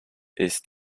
ist